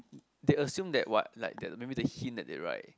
they assume that what like the maybe the hint that they write